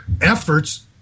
efforts